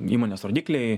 įmonės rodikliai